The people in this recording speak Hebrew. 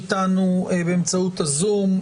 איתנו באמצעות הזום.